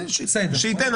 שייתן.